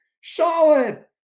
Charlotte